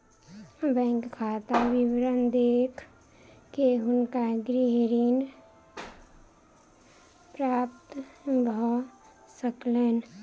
bank खाता विवरण देख के हुनका गृह ऋण प्राप्त भ सकलैन